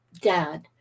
dad